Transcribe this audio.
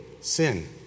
sin